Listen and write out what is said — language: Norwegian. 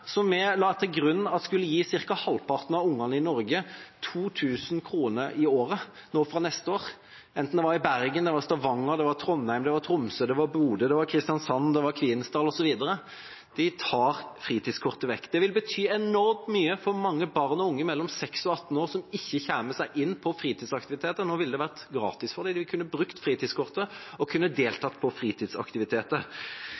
vi la til grunn at skulle gi ca. halvparten av ungene i Norge 2 000 kr i året fra neste år – enten det var i Bergen eller det var Stavanger, Trondheim, Tromsø, Bodø, Kristiansand, Kvinesdal osv. – tar de vekk. Det vil bety enormt mye for mange barn og unge mellom 6 og 18 år som ikke kommer seg inn på fritidsaktiviteter. Nå ville det vært gratis for dem. De kunne brukt fritidskortet og